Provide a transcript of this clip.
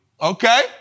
Okay